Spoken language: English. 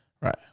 right